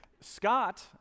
Scott